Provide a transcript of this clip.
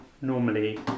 normally